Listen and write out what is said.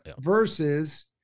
Versus